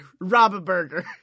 Rob-a-burger